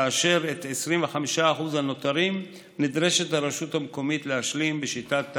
כאשר את 25% הנותרים נדרשת הרשות המקומית להשלים בשיטת המצ'ינג,